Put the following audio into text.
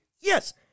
Yes